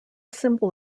symbol